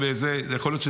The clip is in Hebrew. אנחנו נעבור למדרש הבא,